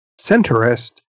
centrist